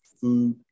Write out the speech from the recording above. food